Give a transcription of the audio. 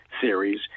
series